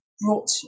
brought